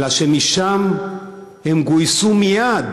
אלא שמשם הם גויסו מייד